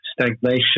stagnation